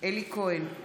אלי כהן,